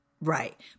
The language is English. Right